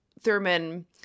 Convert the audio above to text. Thurman